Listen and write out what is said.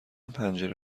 پنجره